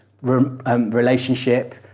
relationship